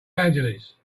angeles